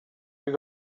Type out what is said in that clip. you